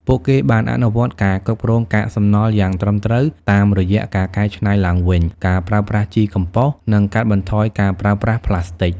ពួកគេបានអនុវត្តការគ្រប់គ្រងកាកសំណល់យ៉ាងត្រឹមត្រូវតាមរយៈការកែច្នៃឡើងវិញ ការប្រើប្រាស់ជីកំប៉ុស និងកាត់បន្ថយការប្រើប្រាស់ប្លាស្ទិក។